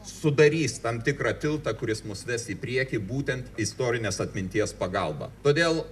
sudarys tam tikrą tiltą kuris mus ves į priekį būtent istorinės atminties pagalba todėl